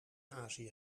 azië